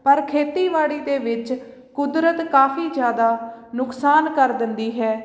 ਪਰ ਖੇਤੀਬਾੜੀ ਦੇ ਵਿੱਚ ਕੁਦਰਤ ਕਾਫੀ ਜ਼ਿਆਦਾ ਨੁਕਸਾਨ ਕਰ ਦਿੰਦੀ ਹੈ